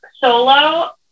solo